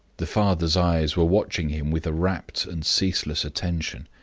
the father's eyes were watching him with a rapt and ceaseless attention.